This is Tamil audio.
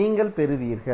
நீங்கள் பெறுவீர்கள்